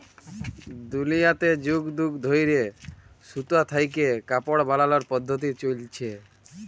দুলিয়াতে যুগ যুগ ধইরে সুতা থ্যাইকে কাপড় বালালর পদ্ধতি চইলছে